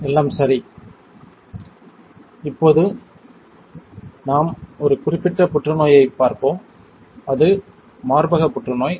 எல்லாம் சரி இப்போது நாம் ஒரு குறிப்பிட்ட புற்றுநோயைப் பார்ப்போம் அது மார்பக புற்றுநோய்